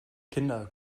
kinder